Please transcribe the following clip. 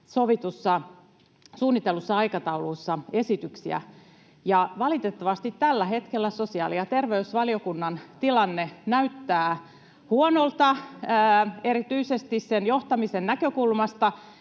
sovitussa, suunnitellussa aikataulussa esityksiä... Ja valitettavasti tällä hetkellä sosiaali- ja terveysvaliokunnan tilanne näyttää huonolta, erityisesti sen johtamisen näkökulmasta.